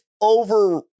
over